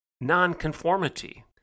nonconformity